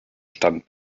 stand